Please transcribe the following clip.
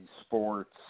sports